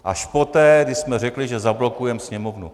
Až poté, když jsme řekli, že zablokujeme Sněmovnu.